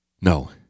No